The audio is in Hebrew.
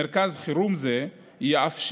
מרכז חירום זה יאפשר